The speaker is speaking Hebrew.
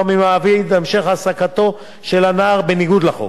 מהמעביד את המשך העסקתו של נער בניגוד לחוק.